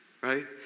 right